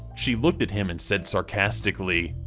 she looked at him and said sarcastically,